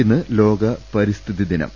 ഇന്ന് ലോക പരിസ്ഥിതി ദിനം